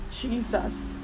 Jesus